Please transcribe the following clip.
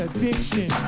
Addiction